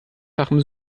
fachem